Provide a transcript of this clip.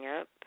up